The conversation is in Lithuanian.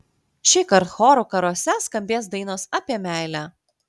šįkart chorų karuose skambės dainos apie meilę